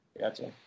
Gotcha